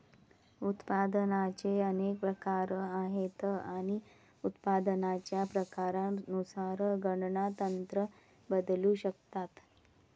उत्पादनाचे अनेक प्रकार आहेत आणि उत्पादनाच्या प्रकारानुसार गणना तंत्र बदलू शकतात